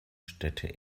städte